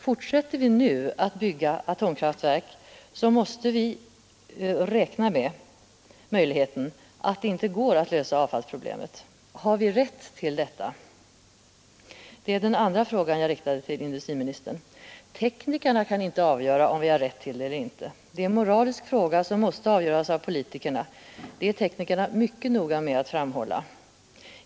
Fortsätter vi nu att bygga atomkraftverk, måste vi räkna med möjligheten att det inte går att lösa avfallsproblemen. Har vi rätt till detta? Det är den andra fråga jag riktade till industriministern. Teknikerna kan inte avgöra om vi har rätt till detta eller inte. Det är en moralisk fråga, som måste avgöras av politikerna. Det är teknikerna mycket noga med att framhålla.